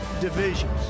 divisions